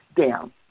down